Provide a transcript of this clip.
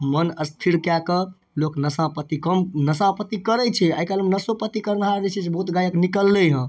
मन स्थिर कए कऽ लोक नशा पाती कम नशा पाती करै छै आइकाल्हि नशो पाती करनाहार जे छै से बहुत गायक निकललै हँ